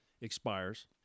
expires